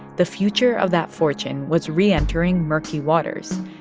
the future of that fortune was reentering murky waters.